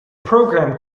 program